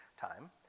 time